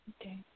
Okay